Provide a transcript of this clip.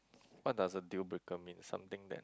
what does a deal breaker mean something that